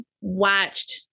watched